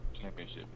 championship